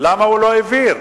למה הוא לא העביר?